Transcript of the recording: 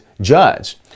judge